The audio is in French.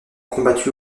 combattu